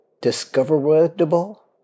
Discoverable